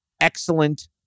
excellent